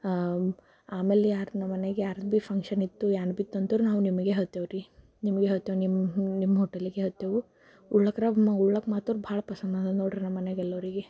ಆಮೇಲೆ ಯಾರು ನಮ್ಮನೆಗೆ ಯಾರದೆ ಭೀ ಫಂಕ್ಷನ್ ಇತ್ತು ಏನು ಭೀ ಇತ್ತಂದ್ರೆ ನಾವು ನಿಮಗೆ ಹೇಳ್ತೇವೆರಿ ನಿಮಗೆ ಹೇಳ್ತೇವೆ ನಿಮ್ಮ ನಿಮ್ಮ ಹೋಟೆಲಿಗೆ ಹೇಳ್ತೇವೆ ಉಣ್ಣೋಕ್ಕೆ ಉಣ್ಣೋಕ್ಕೆ ಮಾತ್ರ ಭಾಳ ಪಸಂದ ಬಂದಿದೆ ನೋಡಿರಿ ನಮ್ಮನೆಗೆಲ್ಲರಿಗೆ